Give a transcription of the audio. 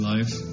Life